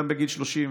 בגיל 30,